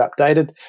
updated